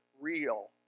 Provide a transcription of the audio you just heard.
real